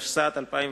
התשס"ט 2009,